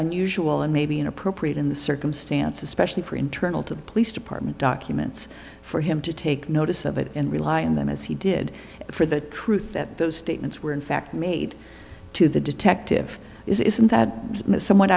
unusual and maybe inappropriate in the circumstances especially for internal to the police department documents for him to take notice of it and rely on them as he did for the truth that those statements were in fact made to the detective isn't that somewhat